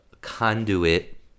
conduit